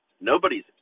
nobody's